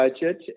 budget